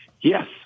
Yes